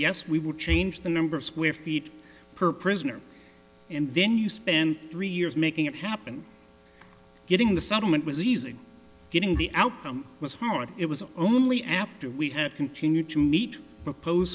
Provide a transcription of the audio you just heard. yes we would change the number of square feet per prisoner and then you spend three years making it happen getting the settlement was easy getting the outcome was more it was only after we had continued to meet propose